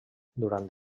durant